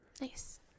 Nice